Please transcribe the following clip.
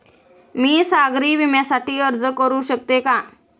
मी सागरी विम्यासाठी अर्ज करू शकते का?